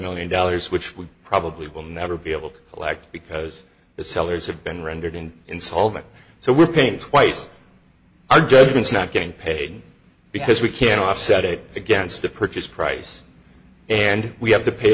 million dollars which we probably will never be able to collect because the sellers have been rendered insolvent so we're paying twice our governments not getting paid because we can't offset it against the purchase price and we have to pay